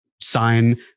sign